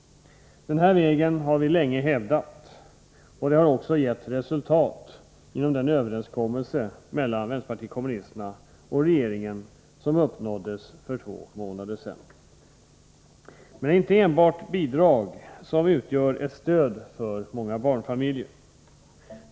Denna väg har vi länge hävdat, och den har också gett resultat i den överenskommelse mellan vänsterpartiet kommunisterna och regeringen som uppnåddes för två månader sedan. Men det är inte enbart bidrag som utgör ett stöd för många barnfamiljer.